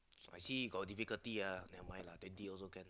I see he got difficulty ah never mind lah twenty also can